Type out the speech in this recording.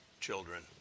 children